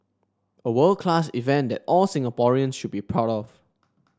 a world class event that all Singaporeans should be proud of